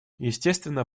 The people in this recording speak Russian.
естественно